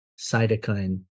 cytokine